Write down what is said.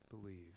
believe